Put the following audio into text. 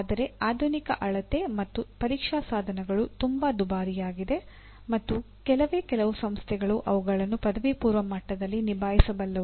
ಆದರೆ ಆಧುನಿಕ ಅಳತೆ ಮತ್ತು ಪರೀಕ್ಷಾ ಸಾಧನಗಳು ತುಂಬಾ ದುಬಾರಿಯಾಗಿದೆ ಮತ್ತು ಕೆಲವೇ ಕೆಲವು ಸಂಸ್ಥೆಗಳು ಅವುಗಳನ್ನು ಪದವಿಪೂರ್ವ ಮಟ್ಟದಲ್ಲಿ ನಿಭಾಯಿಸಬಲ್ಲವು